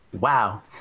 Wow